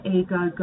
ego